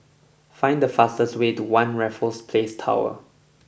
find the fastest way to One Raffles Place Tower